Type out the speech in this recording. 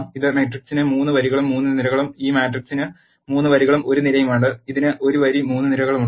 ഇത് മാട്രിക്സിന് 3 വരികളും 3 നിരകളുമുണ്ട് ഈ മാട്രിക്സിന് 3 വരികളും 1 നിരയും ഉണ്ട് ഇതിന് 1 വരി 3 നിരകളുണ്ട്